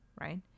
right